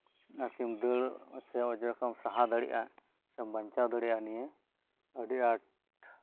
ᱟᱨ ᱠᱤ ᱫᱟᱹᱲ ᱥᱮ ᱚᱸᱰᱮ ᱠᱷᱚᱱᱮᱢ ᱥᱟᱦᱟ ᱫᱟᱲᱮᱭᱟᱜᱼᱟ ᱥᱮᱢ ᱵᱟᱧᱪᱟᱣ ᱫᱟᱲᱮᱭᱟᱜᱼᱟ ᱟᱹᱰᱤ ᱟᱸᱴ